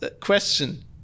question